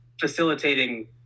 facilitating